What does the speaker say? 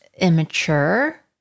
immature